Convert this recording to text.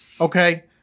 Okay